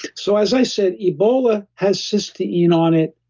so as i said, ebola has cysteine on it,